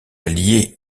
alliés